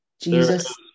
Jesus